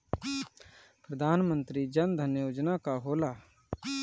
प्रधानमंत्री जन धन योजना का होला?